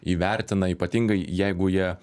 įvertina ypatingai jeigu jie